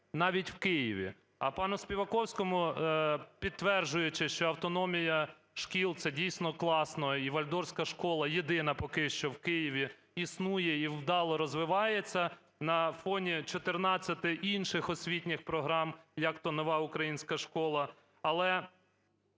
навіть в Києві. А пану Співаковському, підтверджуючи, що автономія шкіл це дійсно класно і Вальдорфська школа єдина поки що в Києві існує і вдало розвивається на фоні 14 інших освітніх програм як-то "Нова українська школа". Але…